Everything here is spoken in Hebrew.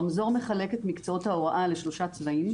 הרמזור מחלק את מקצועות ההוראה לשלושה צבעים,